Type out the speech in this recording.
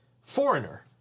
Foreigner